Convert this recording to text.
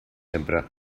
sempre